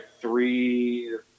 three